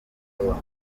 vuba